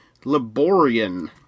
Laborian